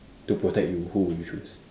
to protect you who would you choose